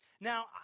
Now